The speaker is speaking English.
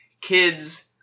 kids –